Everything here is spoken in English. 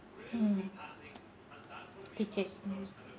mm ticket mm